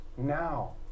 now